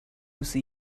see